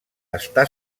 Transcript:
està